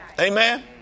Amen